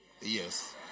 Yes